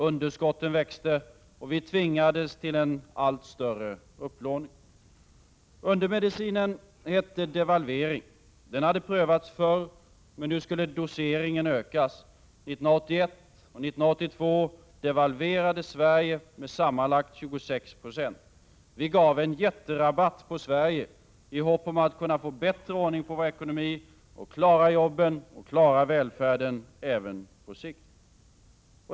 Underskotten växte, och vi tvingades till en allt större upplåning. Undermedicinen hette devalvering. Den hade prövats förr, men nu skulle doseringen ökas. 1981 och 1982 devalverade Sverige med sammanlagt 26 96. Vi gav en jätterabatt på Sverige i hopp om att kunna få bättre ordning på vår ekonomi och att klara jobben och välfärden även på sikt.